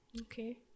Okay